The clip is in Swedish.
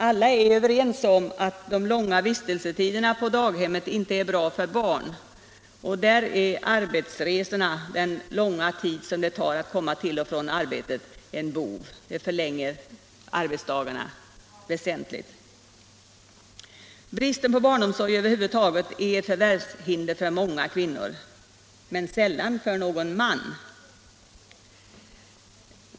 Alla är överens om att den långa vistelsen på daghemmet inte är bra för barn. Därvidlag är arbetsresorna, den långa tid som det tar att komma till och från arbetet, en bov. Arbetsdagarna förlängs väsentligt. Bristen på barnomsorg över huvud taget är ett förvärvshinder för många kvinnor, men sällan för någon man.